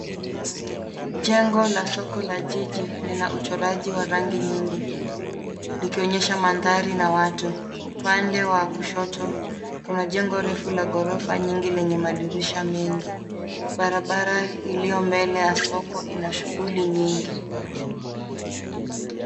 Jengo la soko la jiji lina uchoraji wa rangi nyingi likionyesha magari na watu. Upande wa kushoto, kuna jengo refu la ghorofa nyingi na madirisha mengi. Barabara iliyo mbele ya soko ina shughuli nyingi.